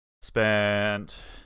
spent